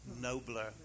nobler